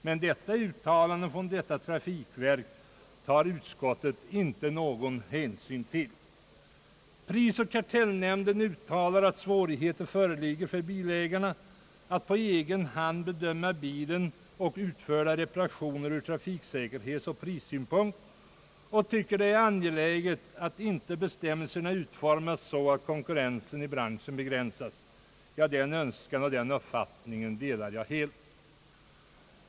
Men det uttalandet tar utskottet ingen hänsyn till. Prisoch kartellnämnden uttalar att svårigheter föreligger för bilägarna att på egen hand bedöma bilen och utförda reparationer ur trafiksäkerhetsoch prissynpunkt. Nämnden finner det angeläget att inte bestämmelserna utformas så att konkurrensen i branschen begränsas, Ja, i den önskan och uppfattningen instämmer jag helt.